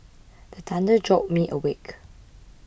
the thunder jolt me awake